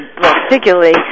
particularly